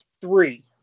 three